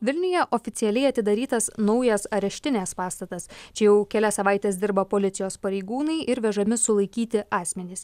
vilniuje oficialiai atidarytas naujas areštinės pastatas čia jau kelias savaites dirba policijos pareigūnai ir vežami sulaikyti asmenys